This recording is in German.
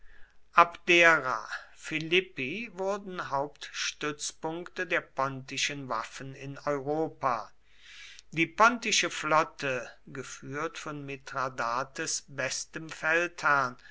abdera philippi wurden hauptstützpunkte der pontischen waffen in europa die pontische flotte geführt von mithradates bestem feldherrn